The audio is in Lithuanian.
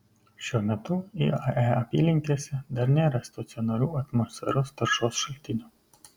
šiuo metu iae apylinkėse dar nėra stacionarių atmosferos taršos šaltinių